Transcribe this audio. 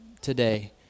today